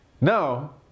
Now